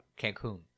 Cancun